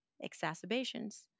exacerbations